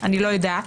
אני לא יודעת,